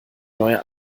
neue